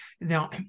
now